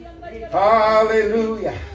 Hallelujah